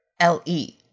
L-E